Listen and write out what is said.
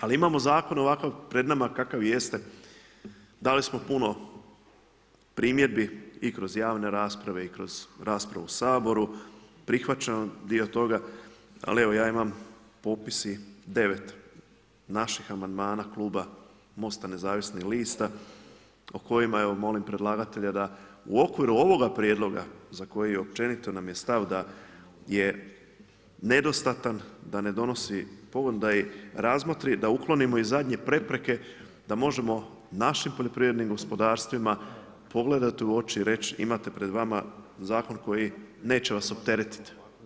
Ali imamo zakon ovako pred nama kakav jeste, dali smo puno primjedbi i kroz javne rasprave i kroz raspravu u Saboru, prihvaćeno dio toga, ali evo ja imam i popis 9 naših amandmana kluba Most-a nezavisnih lista o kojima je, evo molim predlagatelja da u okviru ovoga prijedloga za koji općenito nam je stav da je nedostatan, da ne donosi … i da razmotri i da uklonimo i zadnje prepreke da možemo našim poljoprivrednim gospodarstvima pogledat u oči i reći imate pred vama zakon koji neće vas opteretiti.